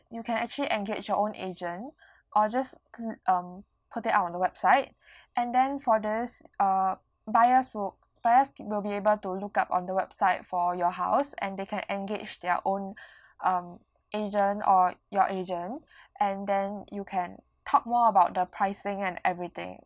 you can actually engage your own agent or just p~ um put it out on the website and then for this uh buyers will buyers will be able to look up on the website for your house and they can engage their own um agent or your agent and then you can talk more about the pricing and everything